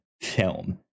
film